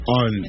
on